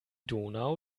donau